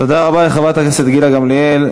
תודה רבה לחברת הכנסת גילה גמליאל.